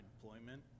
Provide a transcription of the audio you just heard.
deployment